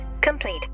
complete